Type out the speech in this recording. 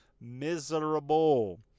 miserable